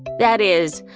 that is,